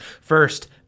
First